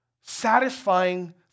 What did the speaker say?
satisfying